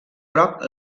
groc